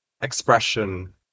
expression